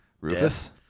Rufus